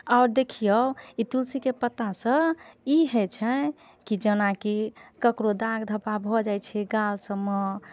आओर देखियौ ई तुलसी के पत्ता सँ ई होइ छै कि जेनाकि ककरो दाग धब्बा भऽ जाइ छै गाल सभमे